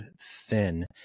thin